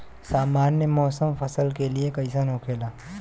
सामान्य मौसम फसल के लिए कईसन होखेला?